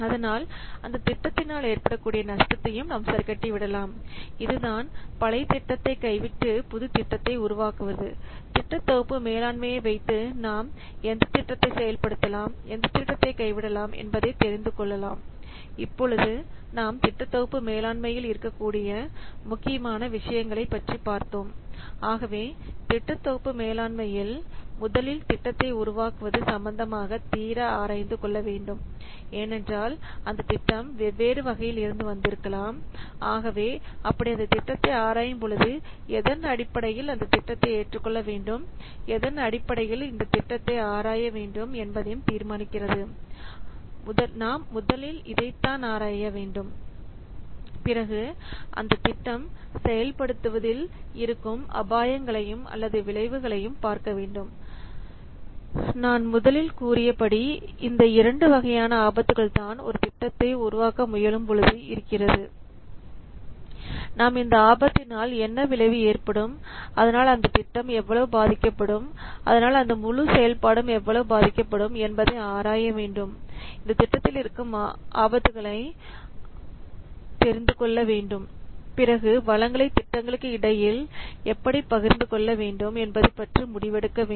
அதனால அந்த திட்டத்தினால் ஏற்படக்கூடிய நஷ்டத்தையும் நாம் சரிக்கட்டி விடலாம் இதுதான் பழைய திட்டத்தை கைவிட்டு புது திட்டத்தை உருவாக்குவது திட்ட தொகுப்பு மேலாண்மையை வைத்து நாம் எந்த திட்டத்தை செயல்படுத்தலாம் எந்தத் திட்டத்தை கைவிடலாம் என்பதை தெரிந்து கொள்ளலாம் இப்பொழுது நாம் திட்டத் தொகுப்பு மேலாண்மையில் இருக்கக்கூடிய முக்கியமான விஷயங்களைப் பற்றி பார்த்தோம் ஆகவே திட்டத்தொகுப்பு மேலாண்மையில் முதலில் திட்டத்தை உருவாக்குவது சம்பந்தமாக தீர ஆராய்ந்து கொள்ள வேண்டும் ஏனென்றால் அந்த திட்டம் வெவ்வேறு வகையில் இருந்து வந்திருக்கலாம் ஆகவே அப்படி அந்த திட்டத்தை ஆராயும்பொழுது எதன் அடிப்படையில் அந்த திட்டத்தை ஏற்றுக்கொள்ள வேண்டும் எதன் அடிப்படையில் இந்த திட்டத்தை ஆராய வேண்டும் என்பதையும் தீர்மானிக்கிறது நாம் முதலில் இதைத்தான் ஆராய வேண்டும் பிறகு அந்த திட்டம் செயல்படுத்துவதில் இருக்கும் அபாயங்களையும் அல்லது விளைவுகளையும் பார்க்க வேண்டும் நான் முதலில் கூறிய படி இந்த இரண்டு வகையான ஆபத்துகள் தான் ஒரு திட்டத்தை உருவாக்க முயலும் பொழுது இருக்கிறது நாம் இந்த ஆபத்தினால் என்ன விளைவு ஏற்படும் அதனால் அந்த திட்டம் எவ்வளவு பாதிக்கப்படும் அதனால் அந்த முழு செயல்பாடும் எவ்வாறு பாதிக்கப்படும் என்பதை ஆராய வேண்டும் இந்த திட்டத்தில் இருக்கும் ஆபத்துகளை தெரிந்து கொள்ள வேண்டும் பிறகு வளங்களை திட்டங்களுக்கு இடையில் எப்படி பகிர்ந்து கொள்ள வேண்டும் என்பது பற்றி முடிவு எடுக்க வேண்டும்